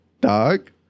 dog